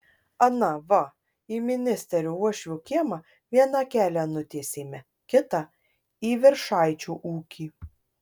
ana va į ministerio uošvio kiemą vieną kelią nutiesėme kitą į viršaičio ūkį